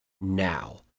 now